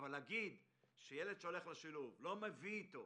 אבל מי שאומר שילד שהולך לשילוב לא מביא איתו